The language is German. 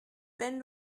wenn